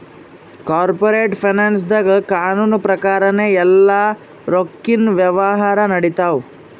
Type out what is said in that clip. corporate ಫೈನಾನ್ಸ್ದಾಗ್ ಕಾನೂನ್ ಪ್ರಕಾರನೇ ಎಲ್ಲಾ ರೊಕ್ಕಿನ್ ವ್ಯವಹಾರ್ ನಡಿತ್ತವ